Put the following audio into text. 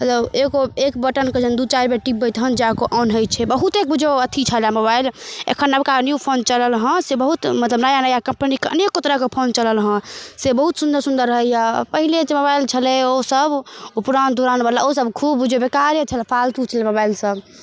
मतलब एगो एक बटनके जहन दू चारि बेर टिपबै तहन जा कऽ ऑन होइ छै बहुते बुझियौ अथी छलए मोबाइल एखन नबका न्यू फोन चलल हँ से बहुत मतलब नया नया कम्पनीके अनेको तरहके फोन चलल हँ से बहुत सुन्दर सुन्दर रहैया पहिले जे मोबाइल छलै ओसब ओ पुराण धुराण बला ओसब खूब बुझियौ बेकारे छलाए फालतू छलै मोबाइल सब